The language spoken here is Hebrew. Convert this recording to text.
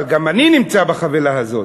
אבל גם אני נמצא בחבילה הזאת.